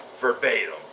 verbatim